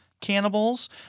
cannibals